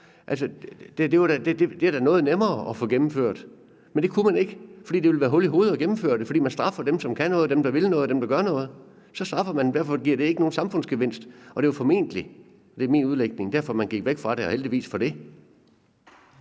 Den er da noget nemmere at få gennemført, men det kunne man ikke, fordi det ville være hul i hovedet at gennemføre den, fordi man straffer dem, der kan noget, og dem, der vil noget, og dem, der gør noget. Dem straffer man, så derfor giver det ikke nogen samfundsgevinst. Det var formentlig derfor – og det er min udlægning – at man gik væk fra det. Og heldigvis for det.